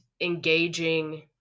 engaging